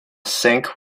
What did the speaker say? sync